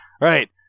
right